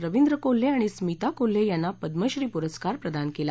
रवींद्र कोल्हे आणि स्मिता कोल्हे यांना पद्मश्री पुरस्कार प्रदान केला